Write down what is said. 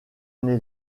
année